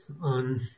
on